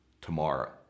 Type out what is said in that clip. tomorrow